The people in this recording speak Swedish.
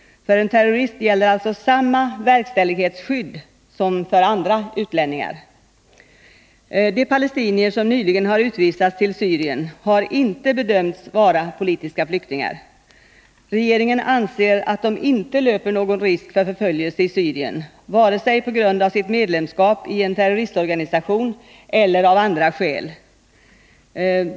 För en terrorist gäller alltså samma verkställighetsskydd som för andra utlänningar. De palestinier som nyligen har utvisats till Syrien har inte bedömts vara politiska flyktingar. Regeringen anser att de inte löper någon risk för förföljelse i Syrien vare sig på grund av sitt medlemskap i en terroristorganisation eller av andra skäl.